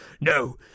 No